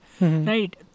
Right